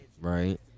right